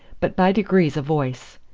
but by degrees a voice.